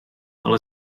ale